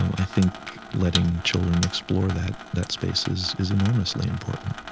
um i think letting children explore that that space is is enormously important